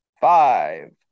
Five